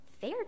fair